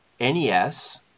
NES